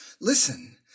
Listen